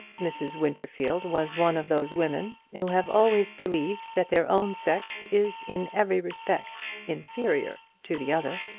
mrs. winterfield was one of those women who have always believed that their own sex is in every respect inferior to the other.